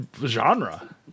genre